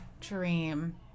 dream